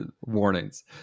warnings